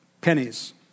pennies